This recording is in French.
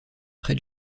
près